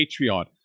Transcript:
Patreon